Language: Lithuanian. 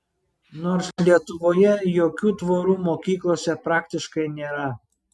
nors lietuvoje jokių tvorų mokyklose praktiškai nėra